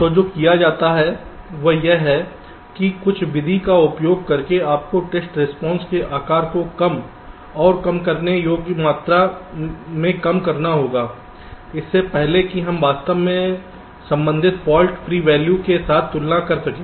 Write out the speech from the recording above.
तो जो किया जाता है वह यह है कि कुछ विधि का उपयोग करके आपको टेस्ट रिस्पांसस के आकार को कम और कम करने योग्य मात्रा में कम करना होगा इससे पहले कि हम वास्तव में संबंधित फाल्ट फ्री वैल्यू के साथ तुलना कर सकें